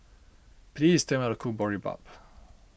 please tell me how to cook Boribap